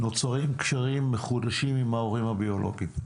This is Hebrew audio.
נוצרים קשרים מחודשים עם ההורים הביולוגיים?